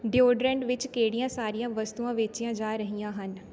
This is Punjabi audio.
ਡੀਓਡਰੈਂਡ ਵਿੱਚ ਕਿਹੜੀਆਂ ਸਾਰੀਆਂ ਵਸਤੂਆਂ ਵੇਚੀਆਂ ਜਾ ਰਹੀਆਂ ਹਨ